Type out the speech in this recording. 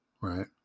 right